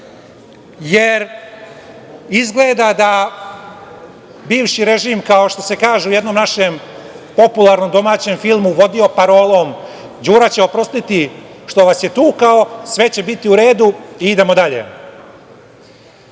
jer izgleda da bivši režim, kao što se kaže u jednom našem popularnom domaćem filmu, vodio parolom „Đura će oprostiti što vas je tukao“, sve će biti u redu, idemo dalje. Danas